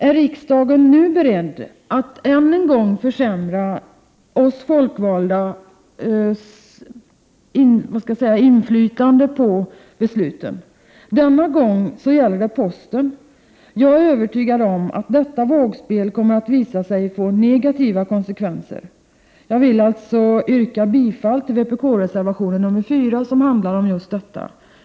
Är riksdagen nu beredd att än en gång försämra de folkvaldas inflytande över besluten? Denna gång gäller det posten. Jag är övertygad om att detta vågspel kommer att få negativa konsekvenser. Med detta yrkar jag bifall till vpk-reservationen nr 4, som handlar om just detta.